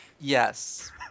Yes